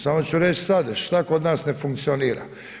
Samo ću reći sad, šta kod nas ne funkcionira?